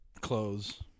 clothes